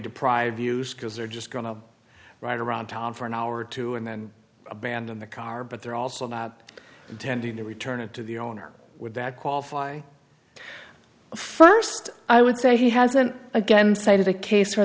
deprive use because they're just going to ride around town for an hour or two and then abandon the car but they're also intending to return it to the owner would that qualify first i would say he hasn't again cited a case for